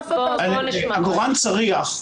עגורן צריח,